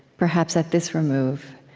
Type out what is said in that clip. perhaps at this remove,